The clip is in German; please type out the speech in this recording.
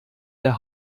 der